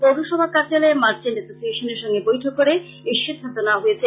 পৌরসভা কার্য্যলয়ে মার্চেন্ট এসোসিয়েশনের সঙ্গে বৈঠক করে এই সিদ্ধান্ত নেওয়া হয়েছে